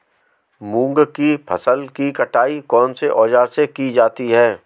मूंग की फसल की कटाई कौनसे औज़ार से की जाती है?